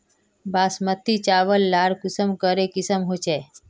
बासमती चावल लार कुंसम करे किसम होचए?